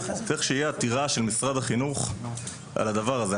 צריך שיהיה עתירה של משרד החינוך על הדבר הזה,